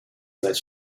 let